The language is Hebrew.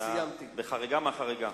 אתה בחריגה מהחריגה.